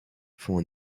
font